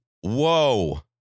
whoa